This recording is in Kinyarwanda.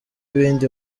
ibindi